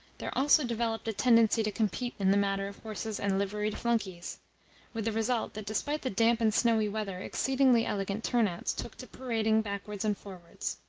there also developed a tendency to compete in the matter of horses and liveried flunkeys with the result that despite the damp and snowy weather exceedingly elegant turnouts took to parading backwards and forwards.